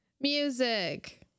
music